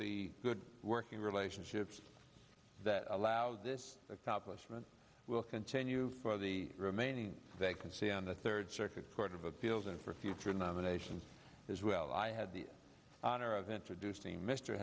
the good working relationships that allow this accomplishment will continue for the remaining they can see on the third circuit court of appeals and for future nominations as well i had the honor of introducing mr